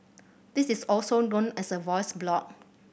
this is also known as a voice blog